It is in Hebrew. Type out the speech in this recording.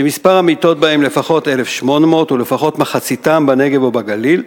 שמספר המיטות בהם לפחות 1,800 ולפחות מחציתם בנגב או בגליל.